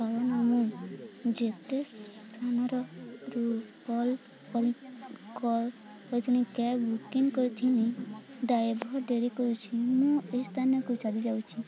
କାରଣ ମୁଁ ଯେତେ ସ୍ଥାନର ରୁ କଲ୍ କଲ୍ କରି କ୍ୟାବ୍ ବୁକିଂ କରିଥିନି ଡ୍ରାଇଭର ଡେରି କରିଛି ମୁଁ ଏହି ସ୍ଥାନକୁ ଚାଲି ଯାଉଛି